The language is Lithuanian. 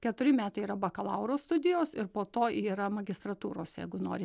keturi metai yra bakalauro studijos ir po to yra magistratūros jeigu nori